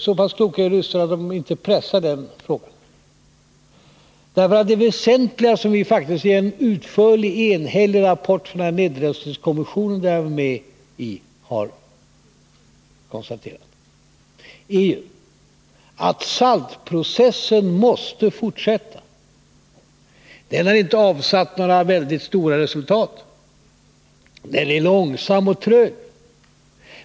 Så pass kloka är ryssarna att de inte pressar den frågan. Det väsentliga är faktiskt att det i en offentlig enhällig rapport från nedrustningskommissionen, där jag var med, har konstaterats att SALT-processen måste fortsätta. Den har inte avsatt några väldiga resultat. Den är långsam och trög.